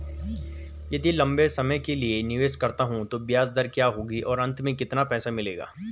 यदि लंबे समय के लिए निवेश करता हूँ तो ब्याज दर क्या होगी और अंत में कितना पैसा मिलेगा?